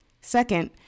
Second